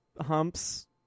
humps